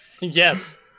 Yes